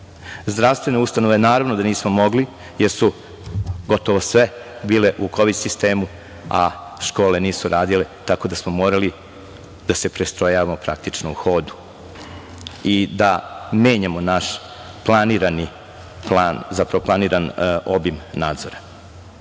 Zdravstvene ustanove naravno da nismo mogli, jer su gotovo sve bile u kovid sistemu a škole nisu radile, tako da smo morali da se prestrojavamo praktično u hodu i da menjamo naš planiran plan, zapravo planirani obim nadzora.Međutim,